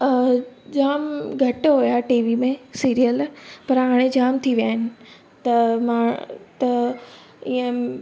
जाम घटि हुया T V में सीरियल पर हाणे जाम थी विया आहिनि त मां त ईअं